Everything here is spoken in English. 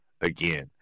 again